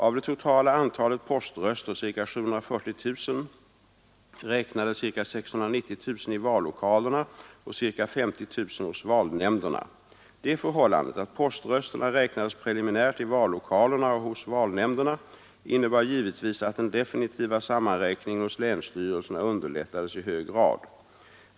Av det totala antalet poströster — ca 740 000 — räknades ca 690 000 i vallokalerna och ca 50 000 hos valnämnderna. Det förhållandet att poströsterna räknades preliminärt i vallokalerna och hos valnämnderna innebar givetvis att den definitiva sammanräkningen hos länsstyrelserna underlättades i hög grad.